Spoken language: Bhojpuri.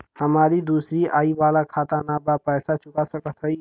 हमारी दूसरी आई वाला खाता ना बा पैसा चुका सकत हई?